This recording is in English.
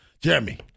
Jeremy